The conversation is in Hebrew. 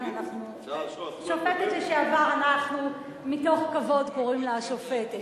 שופטת לשעבר, אנחנו מתוך כבוד קוראים לה "השופטת".